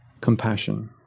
compassion